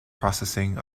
processing